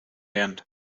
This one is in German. lernt